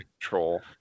control